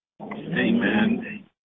Amen